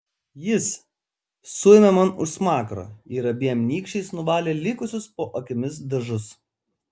jis suėmė man už smakro ir abiem nykščiais nuvalė likusius po akimis dažus